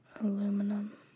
Aluminum